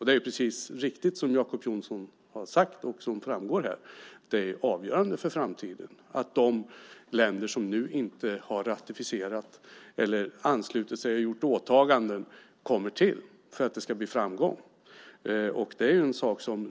Det är precis riktigt som Jacob Johnson har sagt, och som framgår här, att det är avgörande för framtiden att de länder som inte har ratificerat eller anslutit sig och gjort åtaganden kommer med så att det blir framgångsrikt.